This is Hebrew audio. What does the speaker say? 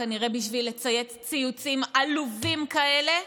כנראה בשביל לצייץ ציוצים עלובים כאלה.